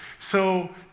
so,